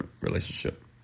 relationship